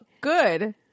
good